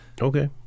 okay